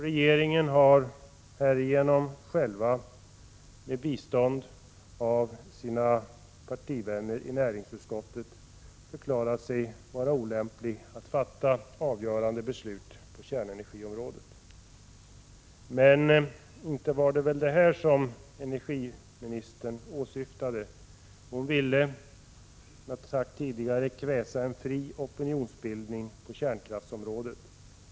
Regeringen har härigenom med bistånd av sina partivänner i näringsutskottet förklarat sig vara olämplig att fatta avgörande beslut på kärnenergiområdet. Men det var inte vad energiministern åsyftade. Hon ville kväsa en fri opinionsbildning på kärnkraftsområdet.